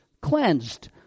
cleansed